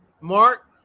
Mark